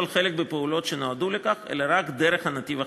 חלק בפעולות שנועדו לכך אלא רק דרך הנתיב החדש.